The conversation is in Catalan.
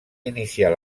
iniciar